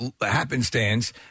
happenstance